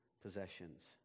possessions